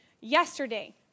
yesterday